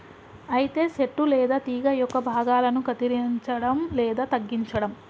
అయితే సెట్టు లేదా తీగ యొక్క భాగాలను కత్తిరంచడం లేదా తగ్గించడం